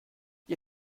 wir